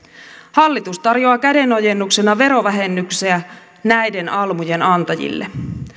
hallitus tarjoaa kädenojennuksena verovähennyksiä näiden almujen antajille